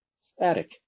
static